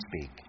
speak